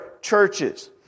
churches